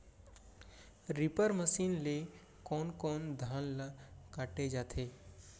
Reaper machine ले कोन कोन धान ल काटे जाथे?